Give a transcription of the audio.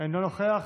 אינו נוכח.